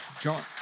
John